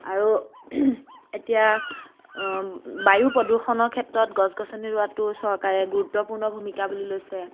আৰু এতিয়া বায়ু প্ৰদূষণৰ ক্ষেত্ৰত গছ গছনি ৰোৱাটো চৰকাৰে গুৰুত্বপূৰ্ণ ভূমিকা বুলি লৈছে